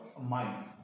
mind